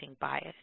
bias